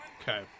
Okay